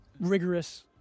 rigorous